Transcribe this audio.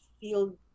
feel